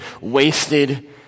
wasted